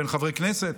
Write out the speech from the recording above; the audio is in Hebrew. בין חברי כנסת.